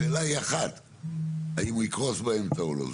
השאלה היא אחת האם הוא יקרוס באמצע או לא.